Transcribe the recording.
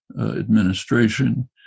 administration